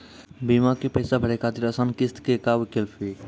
बीमा के पैसा भरे खातिर आसान किस्त के का विकल्प हुई?